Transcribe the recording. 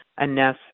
enough